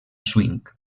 swing